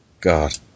God